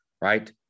right